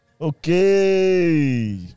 Okay